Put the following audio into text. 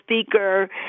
speaker